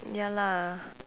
ya lah